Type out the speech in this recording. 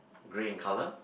grey in colour